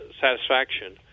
satisfaction